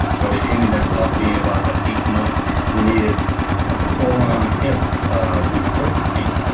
but it ended up being about ah eight months. he needed a full on hip ah resurfacing,